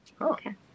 Okay